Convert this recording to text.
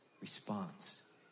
response